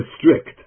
strict